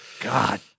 God